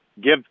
give